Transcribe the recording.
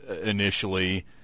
initially